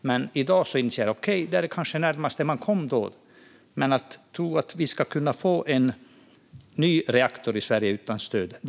I dag inser jag att det kanske är det närmaste man kom. Men vi ska inte tro att vi i Sverige ska kunna få en ny reaktor i Sverige utan stöd.